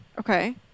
Okay